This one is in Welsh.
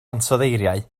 ansoddeiriau